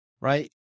right